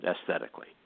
aesthetically